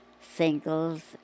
singles